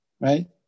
Right